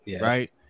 right